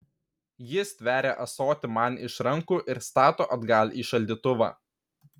ji stveria ąsotį man iš rankų ir stato atgal į šaldytuvą